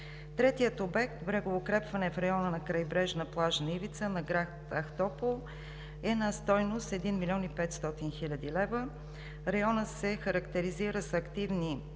Третият обект – „Брегоукрепване в района на крайбрежна плажна ивица на град Ахтопол“ е на стойност 1 млн. 500 хил. лв. Районът се характеризира с активни